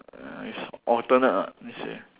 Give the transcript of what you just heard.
uh it's alternate ah they say